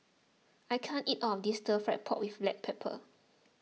I can't eat all of this Stir Fried Pork with Black Pepper